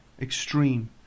extreme